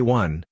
one